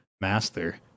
Master